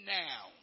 now